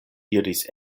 iris